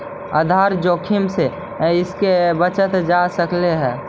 आधार जोखिम से कइसे बचल जा सकऽ हइ?